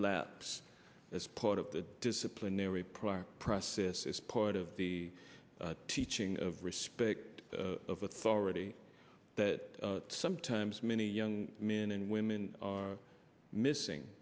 laps as part of the disciplinary prior process is part of the teaching of respect of authority that sometimes many young men and women are